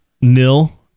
nil